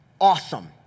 Awesome